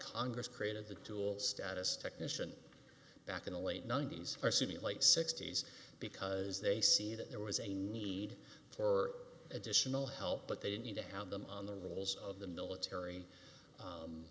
congress created the tools status technician back in the late ninety's or see the late sixty's because they see that there was a need for additional help but they didn't need to have them on the rules of the military